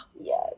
yes